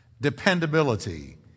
dependability